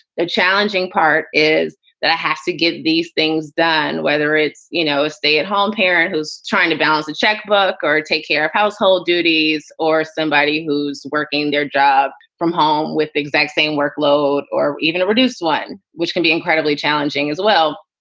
the challenging part is that i have to get these things done, whether it's, you know, stay at home parent who's trying to balance a checkbook or take care of household duties or somebody who's working their job from home with the exact same workload or even a reduced one, which can be incredibly challenging as well.